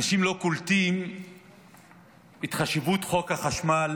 אנשים לא קולטים את חשיבות חוק החשמל